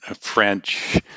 French